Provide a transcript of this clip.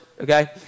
okay